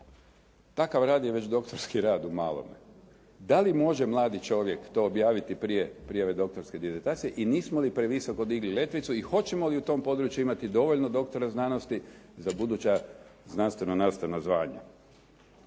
Takav rad je već doktorski rad u malome. Da li može mladi čovjek to objaviti prije prijave doktorske dizertacije i nismo li previsoko digli letvicu i hoćemo li u tom području imati dovoljno doktora znanosti za buduća znanstveno-nastavna zvanja?